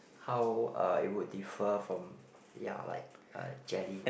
how uh it would differ from ya like a jelly